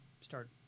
start